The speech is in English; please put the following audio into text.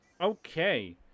Okay